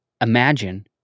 Imagine